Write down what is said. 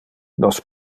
nos